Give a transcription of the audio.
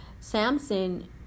Samson